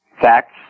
facts